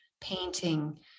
painting